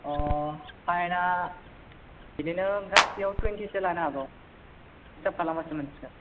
अ फाइनआ बिदिनो गांसेआव टुवेन्टिसो लानो हागौ हिसाब खालामबासो मोनसिगोन